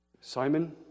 Simon